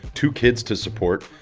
two kids to support,